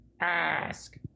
Ask